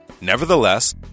Nevertheless